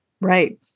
Right